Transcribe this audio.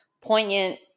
poignant